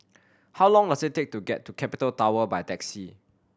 how long was it take to get to Capital Tower by taxi